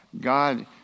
God